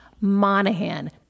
Monahan